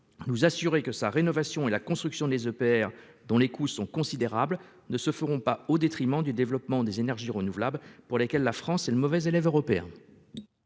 est vieillissant, et la construction de nouveaux EPR, dont les coûts sont considérables, ne se feront pas au détriment du développement des énergies renouvelables, pour lesquelles la France est le mauvais élève européen